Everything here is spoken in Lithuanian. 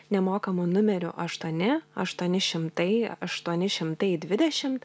nemokamu numeriu aštuoni aštuoni šimtai aštuoni šimtai dvidešimt